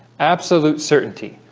absolute certainty.